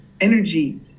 energy